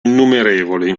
innumerevoli